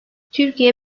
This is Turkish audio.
türkiye